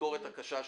בביקורת הקשה שלו.